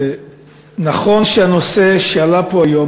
נכון שהנושא שעלה פה היום,